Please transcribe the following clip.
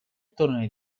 tornei